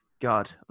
God